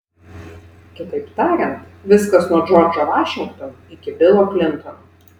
kitaip tariant viskas nuo džordžo vašingtono iki bilo klintono